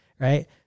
Right